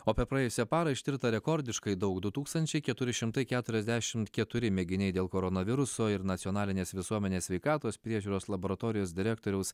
o per praėjusią parą ištirta rekordiškai daug du tūkstančiai keturi šimtai keturiasdešimt keturi mėginiai dėl koronaviruso ir nacionalinės visuomenės sveikatos priežiūros laboratorijos direktoriaus